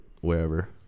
wherever